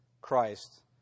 Christ